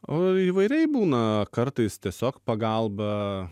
o įvairiai būna kartais tiesiog pagalba